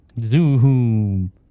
Zoom